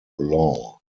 law